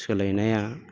सोलायनाया